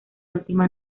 última